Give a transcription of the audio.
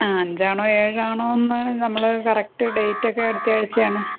ആ അഞ്ച് ആണോ ഏഴ് ആണോ എന്ന് നമ്മൾ കറക്റ്റ് ഡേറ്റ് ഒക്കെ അടുത്തെ ആഴ്ചയാണ്